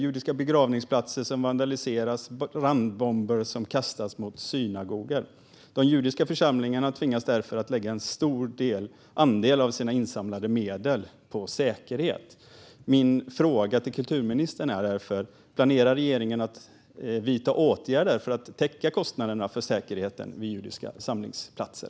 Judiska begravningsplatser vandaliseras och brandbomber kastas mot synagogor. De judiska församlingarna tvingas därför lägga en stor andel av sina insamlade medel på säkerhet. Min fråga till kulturministern är om regeringen planerar att vidta åtgärder för att täcka kostnaderna för säkerheten vid judiska samlingsplatser.